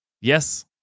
Yes